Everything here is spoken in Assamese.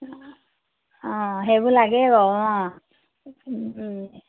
অঁ সেইবোৰ লাগেই বাৰু অঁ